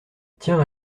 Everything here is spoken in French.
tiens